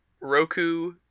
Roku